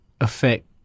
Affect